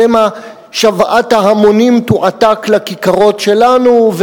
שמא שוועת ההמונים תועתק לכיכרות שלנו,